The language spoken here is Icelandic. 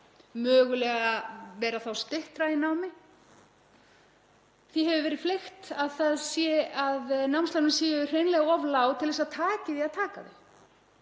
mögulega vera þá styttra í námi? Því hefur verið fleygt að námslánin séu hreinlega of lág til að það taki því að taka þau.